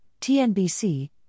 TNBC